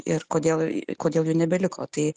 ir kodėl kodėl jų nebeliko tai